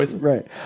Right